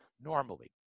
normally